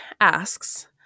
asks